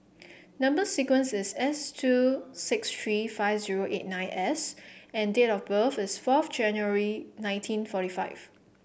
number sequence is S two six three five zero eight nine S and date of birth is fourth January nineteen forty five